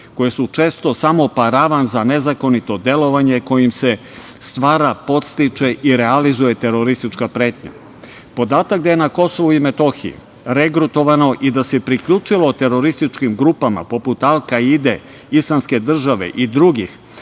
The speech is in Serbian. koje su često samo paravan za nezakonito delovanje kojim se stvara, podstiče i realizuje teroristička pretnja. Podatak da je na Kosovu i Metohiji regrutovano i da se priključilo terorističkim grupama, poput Alkaide, Islamske države i drugih,